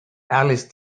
alice